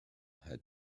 had